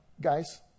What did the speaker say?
guys